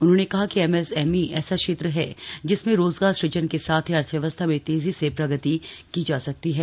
उन्होंने कहा कि एमसएमई ऐसा क्षेत्र है जिसमें रोजगार सुजन के साथ ही अर्थव्यवस्था में तेजी से प्रगति की जा सकती है